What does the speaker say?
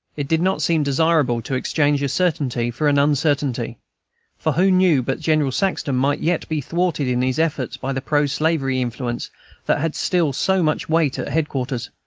it did not seem desirable to exchange a certainty for an uncertainty for who knew but general saxton might yet be thwarted in his efforts by the pro-slavery influence that had still so much weight at head-quarters?